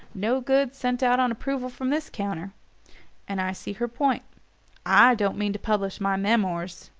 no goods sent out on approval from this counter and i see her point i don't mean to publish my meemo'rs.